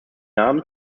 namen